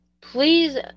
Please